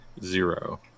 Zero